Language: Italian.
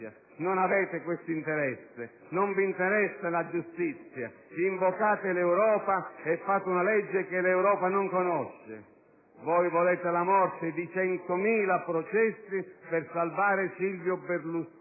non avete questo interesse, non vi interessa la giustizia. Invocate l'Europa e fate una legge che l'Europa non conosce. Voi volete la morte di 100.000 processi per salvare Silvio Berlusconi